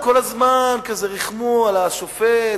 כל הזמן ככה ריחמו על השופט.